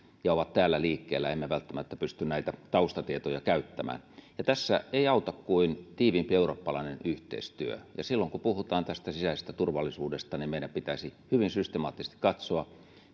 ja ovat täällä liikkeellä emme välttämättä pysty näitä taustatietoja käyttämään tässä ei auta kuin tiiviimpi eurooppalainen yhteistyö ja silloin kun puhutaan sisäisestä turvallisuudesta niin meidän pitäisi hyvin systemaattisesti katsoa